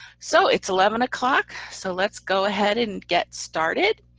so it's eleven o'clock. so let's go ahead and get started.